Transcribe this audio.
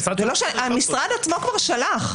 המשרד עצמו כבר שלח.